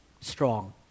strong